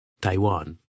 Taiwan